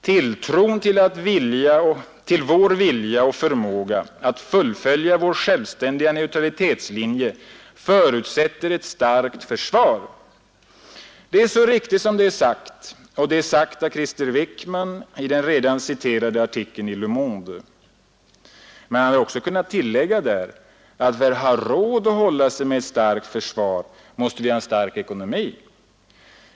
”Tilltron till vår vilja och förmåga att fullfölja vår självständiga neutralitetslinje förutsätter ett starkt försvar.” Det är så riktigt som det är sagt, och det är sagt av Krister Wickman i den redan citerade artikeln i Le Monde. Men han hade också kunnat tillägga att för att ha råd att ha ett starkt försvar måste vi ha en stark ekonomi.